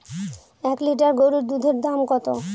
এক লিটার গরুর দুধের দাম কত?